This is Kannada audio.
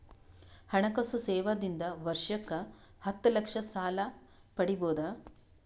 ಹಣಕಾಸು ಸೇವಾ ದಿಂದ ವರ್ಷಕ್ಕ ಹತ್ತ ಲಕ್ಷ ಸಾಲ ಪಡಿಬೋದ?